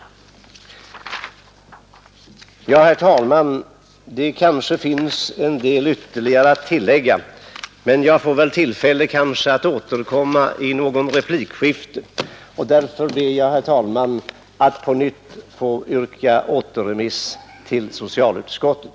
Herr talman! Det finns kanske en del att tillägga, men jag får väl tillfälle att återkomma i något replikskifte. Därför ber jag nu, herr talman, att på nytt få yrka återremiss till socialutskottet.